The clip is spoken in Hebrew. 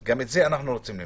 גם את זה רוצים למנוע.